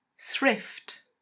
Thrift